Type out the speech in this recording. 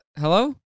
Hello